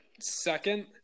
Second